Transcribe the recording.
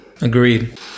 Agreed